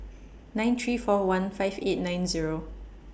nine three four one five eight nine Zero